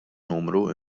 numru